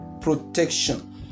protection